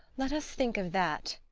let us think of that,